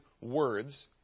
words